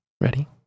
Ready